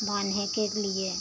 बाँधने के लिए